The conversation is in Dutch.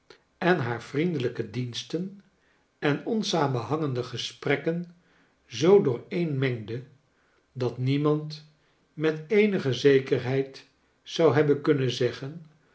en haar vriendelijke diensten en onsamenhangende gesprekken zoo dooreenmengde dat niemand met eenige zekerheid zou hebben kunnen zeggen